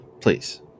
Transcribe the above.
please